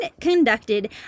conducted